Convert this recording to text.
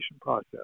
process